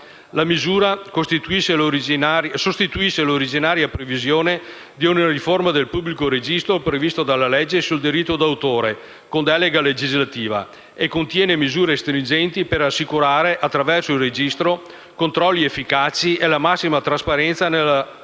La misura sostituisce l'originaria previsione di una riforma del pubblico registro previsto dalla legge sul diritto d'autore con delega legislativa e contiene misure stringenti per assicurare, attraverso il registro, controlli efficaci e la massima trasparenza nell'utilizzo